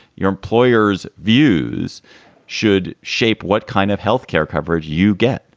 your employers views should shape what kind of health care coverage you get.